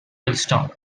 williston